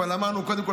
אבל אמרנו: קודם כול,